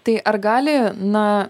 tai ar gali na